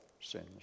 sins